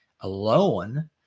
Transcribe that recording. alone